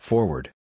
Forward